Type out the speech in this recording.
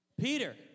Peter